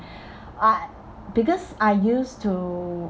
I because I used to